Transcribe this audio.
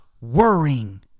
worrying